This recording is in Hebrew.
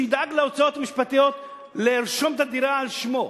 שידאג להוצאות המשפטיות לרשום את הדירה על שמו.